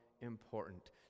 important